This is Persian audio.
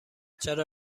چرا